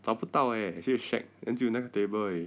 找不到 eh sibeh shag 只有那个 table 而已